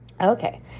Okay